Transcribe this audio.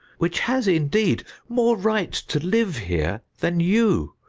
which has indeed more right to live here than you,